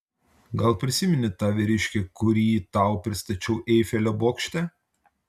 gal prisimeni tą vyriškį kurį tau pristačiau eifelio bokšte